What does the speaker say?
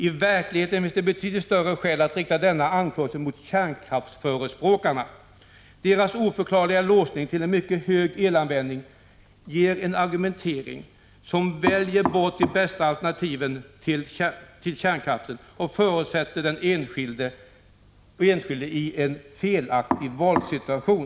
I verkligheten finns det betydligt större skäl att rikta denna anklagelse mot kärnkraftsförespråkarna. Deras oförklarliga låsning till en mycket hög elanvändning innebär en argumentering som väljer bort de bästa alternativen till kärnkraften och försätter den enskilde i en felaktig valsituation.